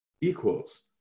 equals